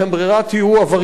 תהיו עבריינים.